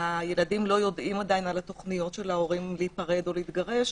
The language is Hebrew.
הילדים לא יודעים עדיין על התוכניות של ההורים להיפרד או להתגרש,